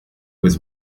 was